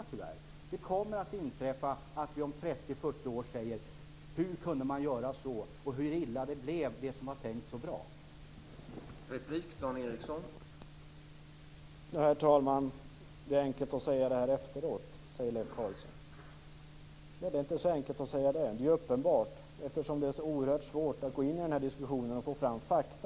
Om 30-40 år kommer vi att undra hur man kunde göra på ett visst sätt när det gick så illa med det som var tänkt att bli så bra.